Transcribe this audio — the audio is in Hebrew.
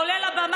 כשאתה עולה לבמה,